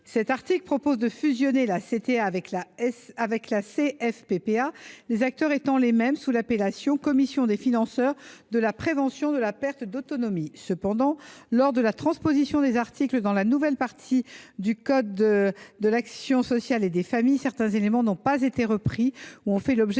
de la perte d’autonomie (CFPPA), les acteurs étant les mêmes, sous l’appellation de « commission des financeurs de la prévention de la perte d’autonomie ». Cependant, lors de la transposition des articles dans la nouvelle partie du code de l’action sociale et des familles, certains éléments n’ont pas été repris ou ont fait l’objet